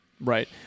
Right